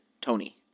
Tony